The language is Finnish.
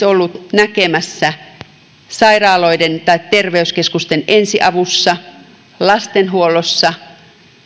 ollut näkemässä sairaaloiden tai terveyskeskusten ensiavussa lastenhuollossa